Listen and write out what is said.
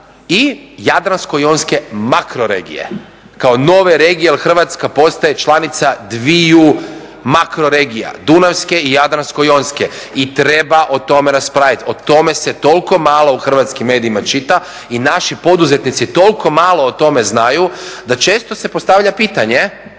i jadransko-jonske makro regije kao nove regije. Jer Hrvatska postaje članica dviju makro regija Dunavske i Jadransko-jonske i treba o tome raspraviti. O tome se toliko malo u hrvatskim medijima čita i naši poduzetnici toliko malo o tome znaju, da često se postavlja pitanje